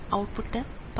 output 10